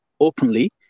openly